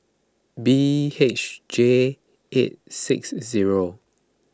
B H J eight six zero